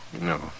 No